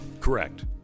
Correct